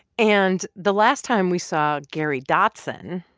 and the last time we saw gary dotson,